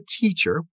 teacher